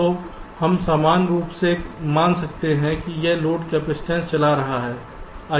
तो हम समान रूप से मान सकते हैं कि यह एक लोड कैपइसटेंस चला रहा है